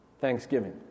thanksgiving